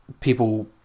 people